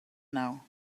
now